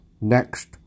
next